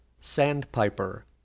sandpiper